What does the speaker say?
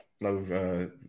no